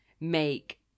make